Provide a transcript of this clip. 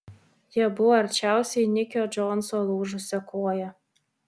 jie buvo arčiausiai nikio džonso lūžusia koja